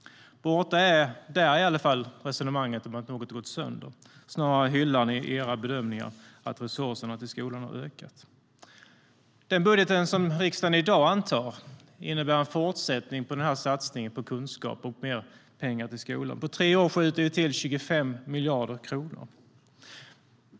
Borta är, där i alla fall, resonemanget om att något har gått sönder. Snarare hyllar ni i era bedömningar att resurserna till skolan har ökat. Den budget som riksdagen i dag antar innebär en fortsättning på satsningen på kunskap och mer pengar till skolan. På tre år skjuter vi till 25 miljarder kronor.